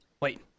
wait